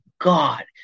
God